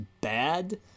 bad